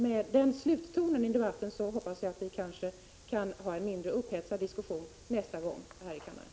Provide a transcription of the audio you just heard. Med den sluttonen i debatten hoppas jag att vi kan föra en mindre upphetsad diskussion nästa gång här i kammaren.